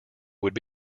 would